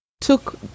took